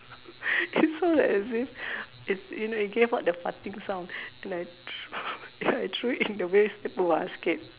that's why as if it you know it gave out the farting sound and I threw ya I threw it in the waste paper basket